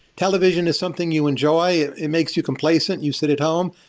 television is something you enjoy. it makes you complacent. you sit at home,